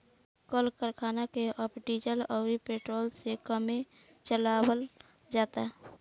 कल करखना के अब डीजल अउरी पेट्रोल से कमे चलावल जाता